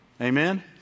Amen